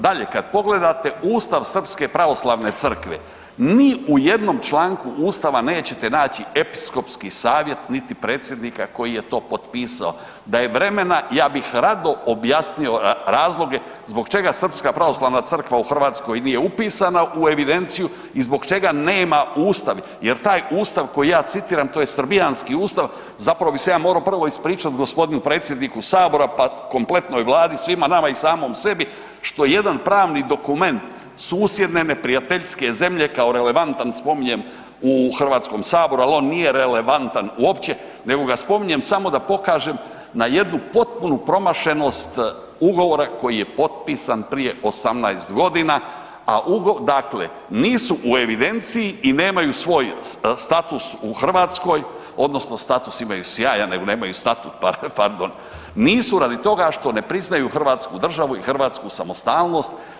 Dalje, kad pogledate Ustav srpske pravoslavne crkve, ni u jednom članku Ustava nećete naći epskopski savjet niti predsjednika koji je to potpisao, da je vremena, ja bih rado objasnio razloge zbog čega srpska pravoslavna crkva nije upisana u evidenciju i zbog čega nema u Ustavu jer ustav koji ja citiram, to je srbijanski Ustav, zapravo bi se ja morao prvo ispričat g. predsjedniku Sabora pa kompletnoj Vladi, svima nama i samom sebi što jedan pravni dokument susjedne neprijateljske zemlje kao relevantan spominjem u Hrvatskom saboru ali on nije relevantan uopće nego ga spominjem samo da pokažem na jednu potpuno promašenost ugovora koji je potpisan prije 18 g. a dakle nisu u evidenciji i nemaju svoj status u Hrvatskoj odnosno status imaju sjajan, nego nemaju statut, pardon, nisu radi toga što ne priznaju hrvatsku državu i hrvatsku samostalnost.